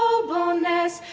ah nobleness,